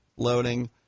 Loading